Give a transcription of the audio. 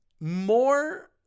more